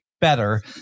better